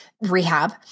rehab